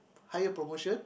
higher promotion